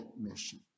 mission